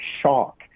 shock